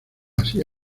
así